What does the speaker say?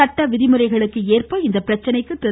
சட்ட விதிமுறைகளுக்கேற்ப இப்பிரச்சனைக்கு திரு